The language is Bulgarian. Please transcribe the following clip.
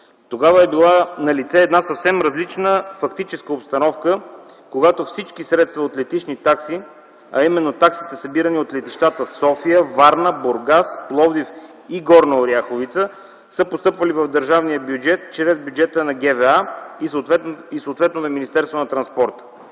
Тогава е била налице една съвсем различна фактическа обстановка, когато всички средства от летищни такси, а именно таксите, събирани от летищата в София, Варна, Бургас, Пловдив и Горна Оряховица, са постъпвали в държавния бюджет чрез бюджета на ГВА и съответно на Министерството на транспорта.